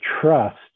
trust